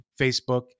Facebook